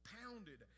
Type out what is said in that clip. pounded